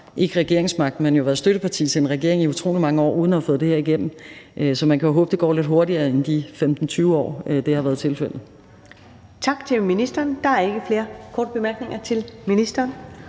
haft regeringsmagten, har de været støtteparti til en regering i utrolig mange år uden at have fået det her igennem. Så man kan jo håbe, at det går lidt hurtigere end de 15-20 år, det indtil nu har varet. Kl. 17:27 Første næstformand (Karen Ellemann): Tak til ministeren. Der er ikke flere korte bemærkninger til ministeren.